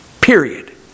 Period